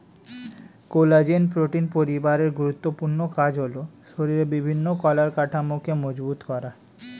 collagen protein পরিবারের গুরুত্বপূর্ণ কাজ হলো শরীরের বিভিন্ন কলার কাঠামোকে মজবুত করা